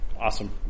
Awesome